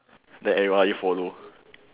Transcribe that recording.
that everybody follow